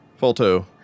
Falto